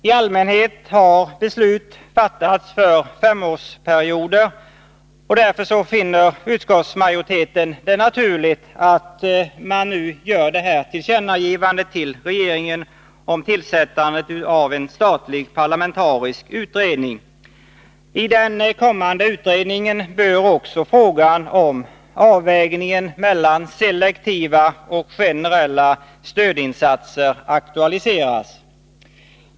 I allmänhet har beslut fattats för femårsperioder. Därför finner utskottsmajoriteten det naturligt att man nu gör detta tillkännagivande till regeringen om tillsättande av en statlig parlamentarisk utredning. I den kommande utredningen bör också frågan om avvägningen mellan selektiva och generella stödinsatser aktualiseras.